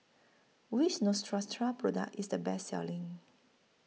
Which Neostrata Product IS The Best Selling